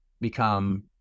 become